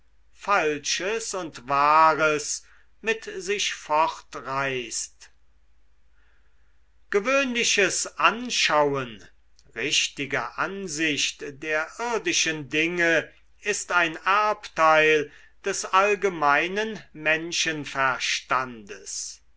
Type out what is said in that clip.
falsches und wahres mit sich fortreißt gewöhnliches anschauen richtige ansicht der irdischen dinge ist ein erbteil des allgemeinen